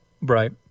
Right